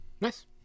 nice